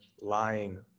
lying